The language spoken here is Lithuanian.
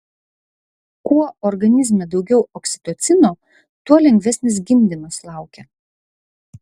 kuo organizme daugiau oksitocino tuo lengvesnis gimdymas laukia